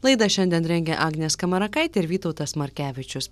laidą šiandien rengė agnė skamarakaitė ir vytautas markevičius